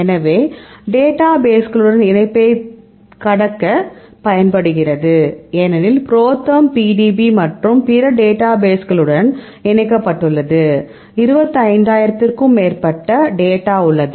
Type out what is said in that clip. எனவே டேட்டாபேஸ்களுடன் இணைப்பைக் கடக்கப் பயன்படுகிறது ஏனெனில் ProTherm PDB மற்றும் பிற டேட்டாபேஸ்களுடன் இணைக்கப்பட்டுள்ளது 25000 க்கும் மேற்பட்ட டேட்டா உள்ளது